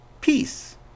peace